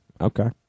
Okay